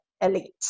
elite